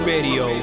Radio